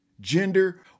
gender